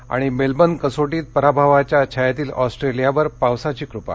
आणि मेलबर्न कसोटीत पराभवाच्या छायेतील ऑस्ट्रेलियावर पावसाची कृपा